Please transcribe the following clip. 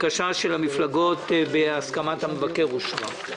הבקשה של המפלגות, בהסכמת המבקר, אושרה.